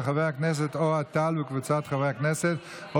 של חבר הכנסת אוהד טל וקבוצת חברי הכנסת.